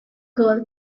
girl